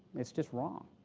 it's just wrong.